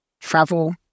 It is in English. travel